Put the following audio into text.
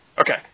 Okay